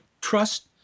trust